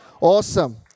Awesome